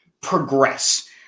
progress